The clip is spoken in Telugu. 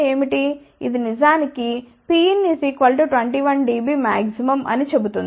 ఇది నిజానికి Pin 21 dB మాక్సిమం అని చెబుతుంది